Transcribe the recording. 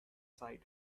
side